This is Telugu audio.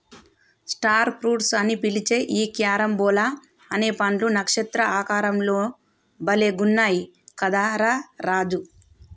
స్టార్ ఫ్రూట్స్ అని పిలిచే ఈ క్యారంబోలా అనే పండ్లు నక్షత్ర ఆకారం లో భలే గున్నయ్ కదా రా రాజు